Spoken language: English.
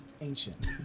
ancient